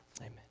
Amen